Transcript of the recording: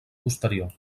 posterior